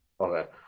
Okay